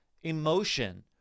emotion